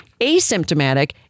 asymptomatic